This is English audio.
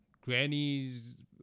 Grannies